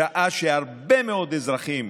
בשעה שהרבה מאוד אזרחים